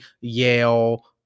Yale